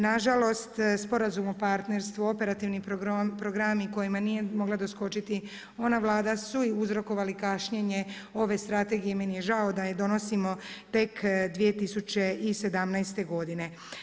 Nažalost, Sporazum o partnerstvu, operativni programi kojima nije mogla doskočiti ona vlada su uzrokovali kašnjenje ove strategije i meni je žao da je donosimo tek 2017. godine.